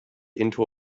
into